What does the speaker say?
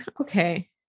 okay